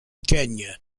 kenya